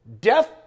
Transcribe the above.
death